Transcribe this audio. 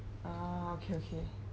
ah okay okay